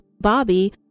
Bobby